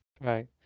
Right